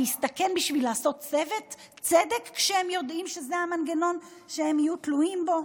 להסתכן כדי לעשות צדק כשהם יודעים שזה המנגנון שהם יהיו תלויים בו?